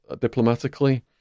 diplomatically